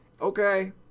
Okay